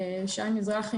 שי מזרחי,